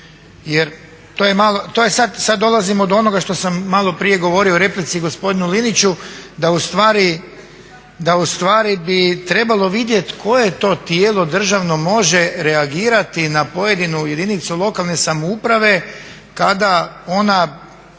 To je sad, sad dolazimo do onoga što sam maloprije govorio u replici gospodinu Liniću da ustvari bi trebalo vidjeti koje to tijelo državno može reagirati na pojedinu jedinicu lokale samouprave kada ona